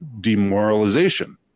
demoralization